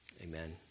Amen